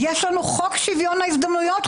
יש לנו חוק שוויון הזדמנויות,